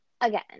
again